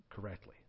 correctly